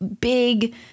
big